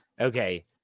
Okay